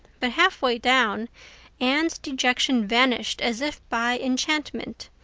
but halfway down anne's dejection vanished as if by enchantment.